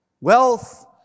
Wealth